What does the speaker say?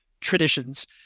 traditions